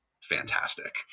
fantastic